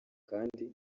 kandi